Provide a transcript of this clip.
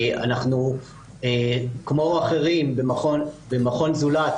כמו אחרים ומכון "זולת",